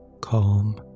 Calm